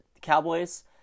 Cowboys